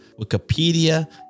Wikipedia